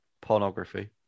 pornography